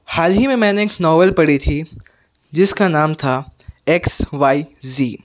حال ہی میں نے ایک ناول پڑھی تھی جس کا نام تھا ایکس وائی زی